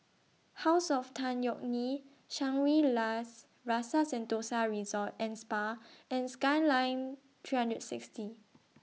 House of Tan Yeok Nee Shangri La's Rasa Sentosa Resort and Spa and Skyline three hundred and sixty